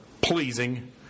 pleasing